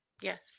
Yes